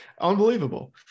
unbelievable